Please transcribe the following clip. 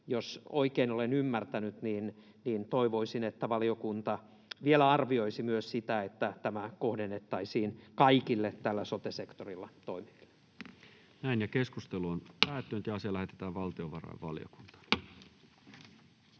Jos olen oikein ymmärtänyt, niin toivoisin, että valiokunta vielä arvioisi myös sitä, että tämä kohdennettaisiin kaikille sote-sektorilla toimiville. Ensimmäiseen käsittelyyn esitellään päiväjärjestyksen